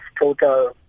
total